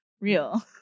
real